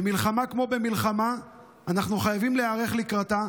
במלחמה כמו במלחמה אנחנו חייבים להיערך לקראתה,